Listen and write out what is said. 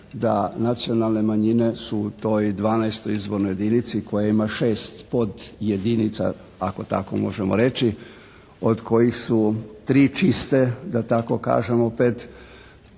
da nacionalne manjine su u toj 12. izbornoj jedinici koja ima 6 podjedinica ako tako možemo reći od kojih su 3 čiste da tako kažem opet;